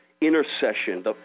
intercession